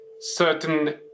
certain